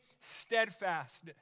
steadfast